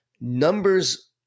Numbers